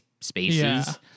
spaces